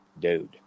dude